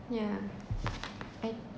yeah I